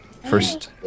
First